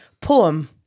poem